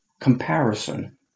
comparison